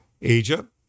Egypt